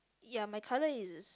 ya my colour is